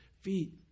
feet